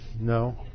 No